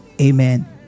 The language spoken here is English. Amen